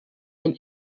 and